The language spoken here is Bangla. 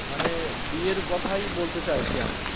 মানে বিয়ের কথাই বলতে চাইছি আমি